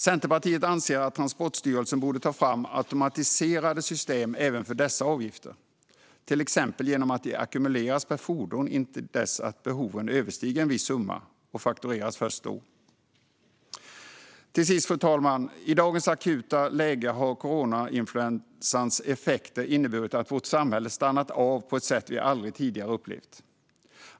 Centerpartiet anser att Transportstyrelsen borde ta fram automatiserade system även för dessa avgifter, till exempel genom att de ackumuleras per fordon till dess att beloppet överstiger en viss summa och faktureras först då. Fru talman! I dagens akuta läge har coronainfluensans effekter inneburit att vårt samhälle stannat av på ett sätt vi aldrig tidigare upplevt.